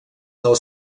del